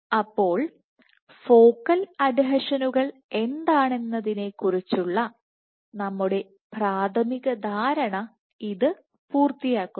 അപ്പോൾ ഫോക്കൽ അഡീഷനുകൾ എന്താണെന്നതിനെക്കുറിച്ചുള്ള നമ്മുടെ പ്രാഥമിക ധാരണ ഇത് പൂർത്തിയാക്കുന്നു